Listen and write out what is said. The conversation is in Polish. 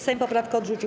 Sejm poprawkę odrzucił.